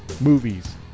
movies